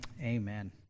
Amen